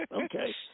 Okay